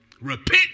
repent